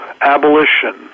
Abolition